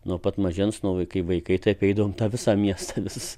nuo pat mažens vaikai vaikai tai apeidavom visą miestą visus